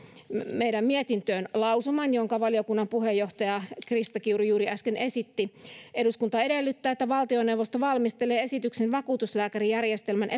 meidän mietintöömme lausuman jonka valiokunnan puheenjohtaja krista kiuru juuri äsken esitti eduskunta edellyttää että valtioneuvosto valmistelee esityksen vakuutuslääkärijärjestelmän